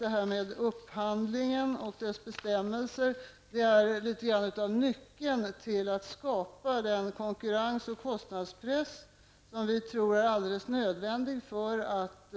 Vi menar att upphandlingen och dess bestämmelser är nyckeln till att skapa en konkurrens och kostnadspress som vi tror är alldeles nödvändig för att